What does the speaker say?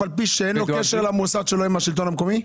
אף על פי שאין קשר למוסד שלו עם השלטון המקומי?